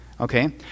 Okay